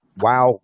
wow